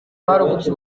barokotse